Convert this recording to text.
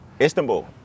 Istanbul